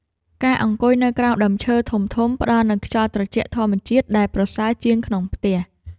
ការអង្គុយនៅក្រោមដើមឈើធំៗ ផ្តល់នូវខ្យល់ត្រជាក់ធម្មជាតិដែលប្រសើរជាងក្នុងផ្ទះ។